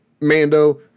Mando